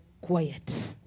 Quiet